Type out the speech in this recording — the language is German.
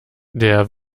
der